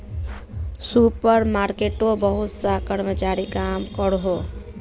super मार्केटोत बहुत ला कर्मचारी काम करोहो